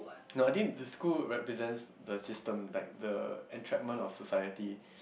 no I think the school represents the system like the entrapment of society